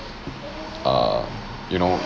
err you know